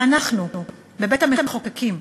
ואנחנו, בבית-המחוקקים,